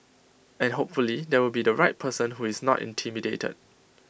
and hopefully there will be the right person who is not intimidated